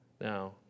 Now